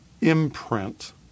imprint